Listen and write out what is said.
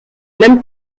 même